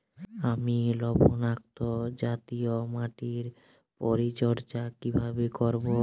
আমি লবণাক্ত জাতীয় মাটির পরিচর্যা কিভাবে করব?